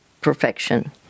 perfection